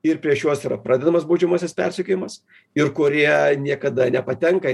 ir prieš juos yra pradedamas baudžiamasis persekiojimas ir kurie niekada nepatenka